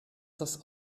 das